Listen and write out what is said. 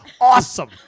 awesome